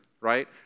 right